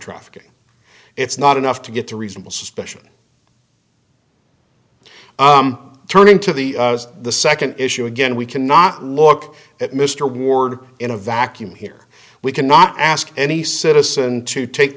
trafficking it's not enough to get to reasonable suspicion turning to the the second issue again we cannot look at mr ward in a vacuum here we cannot ask any citizen to take